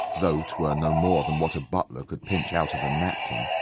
though twere no more than what a butler could pinch out of a napkin.